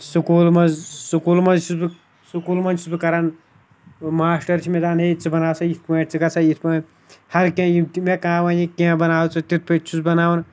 school منٛز school منٛز چھُس بہٕ سکوٗل منٛز چھُس بہٕ کَران ماسٹَر چھِ مےٚ دَپان ہے ژٕ بَناو سا یِتھ پٲٹھۍ ژٕ کَر سا یِتھ پٲٹھۍ ہرکینٛہہ یِم تہِ مےٚ کانٛہہ وَنہِ کینٛہہ بَناو ژٕ تِتھ پٲٹھۍ چھُس بَناوَن